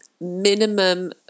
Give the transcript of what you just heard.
minimum